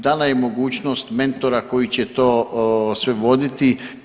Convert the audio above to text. Dana je mogućnost mentora koji će to sve voditi.